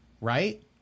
Right